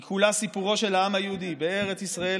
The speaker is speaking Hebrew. היא כולה סיפורו של העם היהודי: "בארץ ישראל